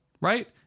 Right